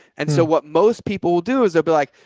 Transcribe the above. and so what most people will do is they'll be like,